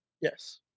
Yes